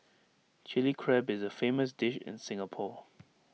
Chilli Crab is A famous dish in Singapore